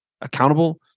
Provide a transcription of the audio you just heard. accountable